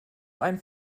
ein